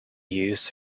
used